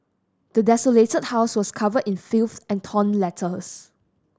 the desolated house was covered in filth and torn letters